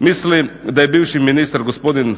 Mislim da je bivši ministar rekao